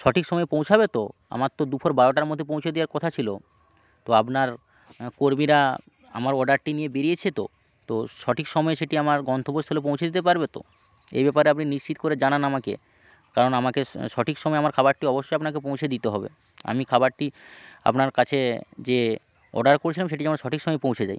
সঠিক সময়ে পৌঁছাবে তো আমার তো দুপুর বারোটার মধ্যে পৌঁছে দেয়ার কথা ছিলো তো আপনার কর্মীরা আমার অর্ডারটি নিয়ে বেরিয়েছে তো তো সঠিক সময় সেটি আমার গন্তব্যস্থলে পৌঁছে দিতে পারবে তো এই ব্যাপারে আপনি নিশ্চিত করে জানান আমাকে কারণ আমাকে সঠিক সময়ে আমার খাবারটি অবশ্যই আপনাকে পৌঁছে দিতে হবে আমি খাবারটি আপনার কাছে যে অর্ডার করেছিলাম সেটি যেন সঠিক সময়ে পৌঁছে দেয়